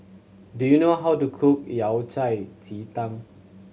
do you know how to cook Yao Cai ji tang